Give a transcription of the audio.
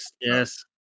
yes